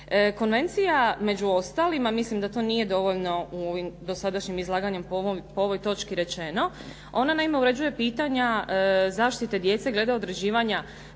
Konvencija među ostalima, mislim da to nije dovoljno u ovim dosadašnjem izlaganju po ovoj točki rečeno. Ona naime uređuje pitanja zaštite djece glede određivanja